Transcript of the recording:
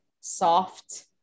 soft